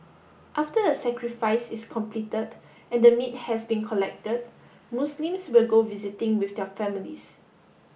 after the sacrifice is completed and the meat has been collected Muslims will go visiting with their families